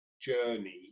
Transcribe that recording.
journey